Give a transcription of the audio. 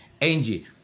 Angie